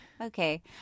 okay